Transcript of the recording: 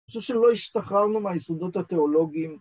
אני חושב שלא השתחררנו מהיסודות התיאולוגיים